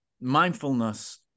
mindfulness